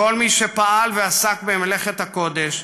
לכל מי שפעל ועסק במלאכת הקודש,